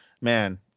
man